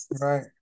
Right